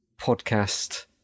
podcast